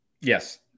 Yes